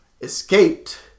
escaped